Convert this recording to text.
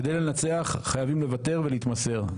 כדי לנצח חייבים לוותר ולהתמסר,